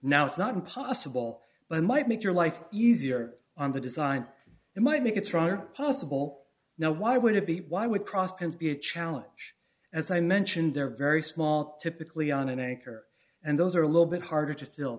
now it's not impossible but might make your life easier on the design it might make it stronger possible now why would it be why would cross pens be a challenge as i mentioned they're very small typically on an anchor and those are a little bit harder to still